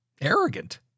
arrogant